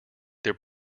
their